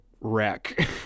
wreck